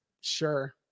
Sure